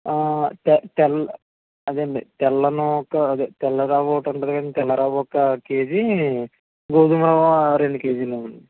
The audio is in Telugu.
తె తెల్ల అదే అండి తెల్ల నూక అదే తెల్ల రవ్వ ఒకటి ఉంటుంది కదండీ తెల్ల రవ్వ ఒక కేజీ గోధుమరవ్వ రెండు కేజీలు ఇవ్వండి